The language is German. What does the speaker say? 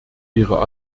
ihre